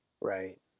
Right